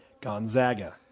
Gonzaga